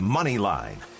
Moneyline